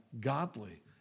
godly